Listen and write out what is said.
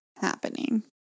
happening